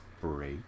break